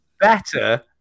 better